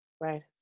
right